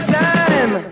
time